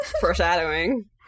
Foreshadowing